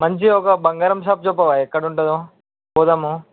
మంచిగా ఒక బంగారం షాప్ చెప్పవా ఎక్కడ ఉంటుందో పోదాము